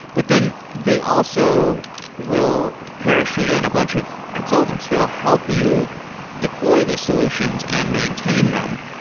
but then they also will parachute in a bunch of consultants that will help you deploy these solutions and maintain them.